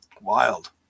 Wild